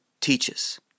teaches